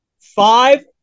Five